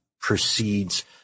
proceeds